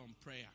prayer